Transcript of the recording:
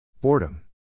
Boredom